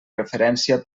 referència